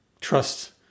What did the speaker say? trust